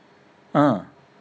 ah